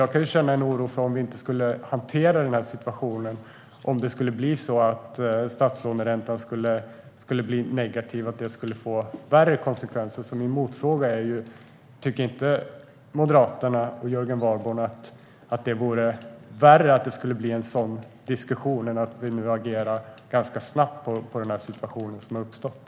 Jag kan känna en oro för hur det skulle bli om vi inte hanterade situationen - om det skulle bli så att statslåneräntan blev negativ och att det fick värre konsekvenser. Min motfråga är därför om Moderaterna och Jörgen Warborn inte tycker att det vore värre om det blev en sådan diskussion än att vi nu agerar ganska snabbt på den situation som har uppstått.